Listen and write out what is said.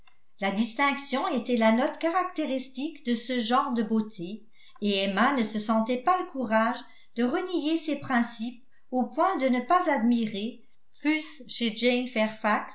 la distinction était la note caractéristique de ce genre de beauté et emma ne se sentait pas le courage de renier ses principes au point de ne pas admirer fut-ce chez jane